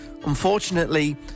Unfortunately